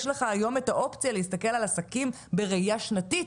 יש לך היום את האופציה להסתכל על עסקים בראייה שנתית,